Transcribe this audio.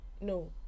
no